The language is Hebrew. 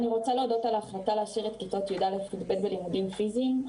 אני רוצה להודות על ההחלטה להשאיר את כיתות י"א-י"ב בלימודים הפיזיים.